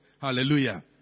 Hallelujah